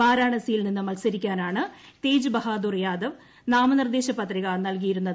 വാരാണസിയിൽ നിന്ന് മത്സരിക്കാർനാണ് തേജ്ബഹാദൂർ യാദവ് നാമനിർദ്ദേശ പത്രിക നൽകൃിയിരുന്നത്